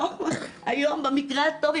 היום במקרה הטוב,